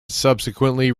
subsequently